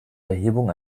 erhebung